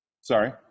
sorry